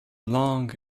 long